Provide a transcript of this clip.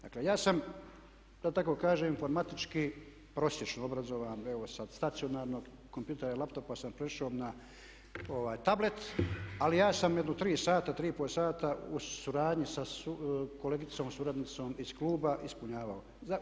Dakle ja sam da tako kažem informatički prosječno obrazovan, evo sa stacionarnog kompjutera i laptopa sam prešao na tablet ali ja sam jedno 3 sata, 3,5 sata u suradnji sa kolegicom, suradnicom iz kluba ispunjavao.